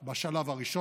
רצח,